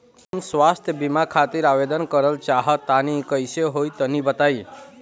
हम स्वास्थ बीमा खातिर आवेदन करल चाह तानि कइसे होई तनि बताईं?